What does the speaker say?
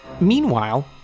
Meanwhile